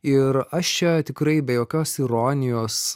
ir aš čia tikrai be jokios ironijos